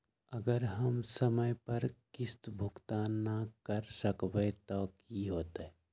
अगर हम समय पर किस्त भुकतान न कर सकवै त की होतै?